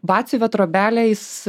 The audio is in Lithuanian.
batsiuvio trobelę jis